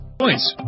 Points